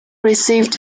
received